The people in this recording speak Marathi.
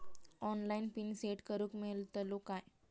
ऑनलाइन पिन सेट करूक मेलतलो काय?